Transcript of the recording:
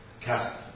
cast